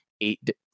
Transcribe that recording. Eight